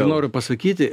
noriu pasakyti